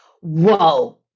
whoa